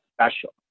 special